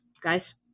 Guys